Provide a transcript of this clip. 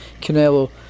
Canelo